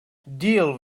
deal